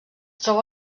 troba